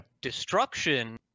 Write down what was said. Destruction